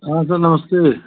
हाँ सर नमस्ते